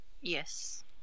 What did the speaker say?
yes